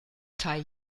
tai